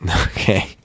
Okay